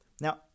Now